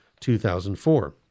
2004